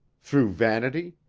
through vanity,